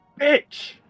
Bitch